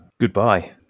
goodbye